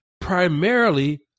primarily